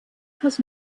has